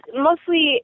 mostly